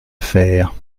faire